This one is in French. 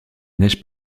neige